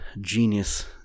genius